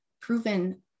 proven